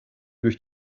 durch